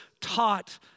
taught